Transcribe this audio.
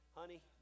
honey